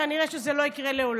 כנראה שזה לא יקרה לעולם.